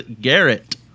Garrett